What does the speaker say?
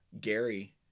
Gary